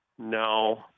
No